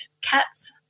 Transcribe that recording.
cats